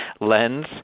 lens